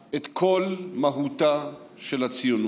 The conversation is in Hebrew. את כל מהותה של הציונות.